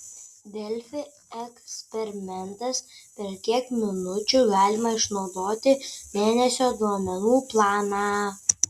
delfi eksperimentas per kiek minučių galima išnaudoti mėnesio duomenų planą